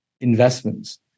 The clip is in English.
investments